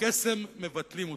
בקסם מבטלים אותו.